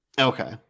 Okay